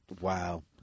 Wow